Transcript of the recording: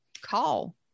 Call